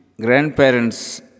grandparents